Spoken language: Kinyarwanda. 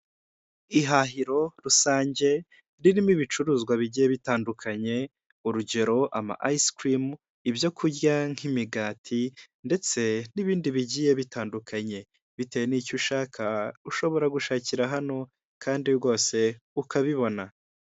Ihahiro rusange ririmo ibicuruzwa bigiye bitandukanye urugero ama iyisikirimu ibyo kurya nk'imigati ndetse n'ibindi bigiye bitandukanye, bitewe n'icyo ushaka ushobora gushakira hano kandi rwose ukabibona.